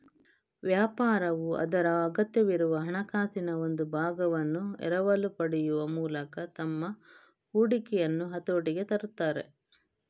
ವ್ಯಾಪಾರವು ಅದರ ಅಗತ್ಯವಿರುವ ಹಣಕಾಸಿನ ಒಂದು ಭಾಗವನ್ನು ಎರವಲು ಪಡೆಯುವ ಮೂಲಕ ತಮ್ಮ ಹೂಡಿಕೆಯನ್ನು ಹತೋಟಿಗೆ ತರುತ್ತಾರೆ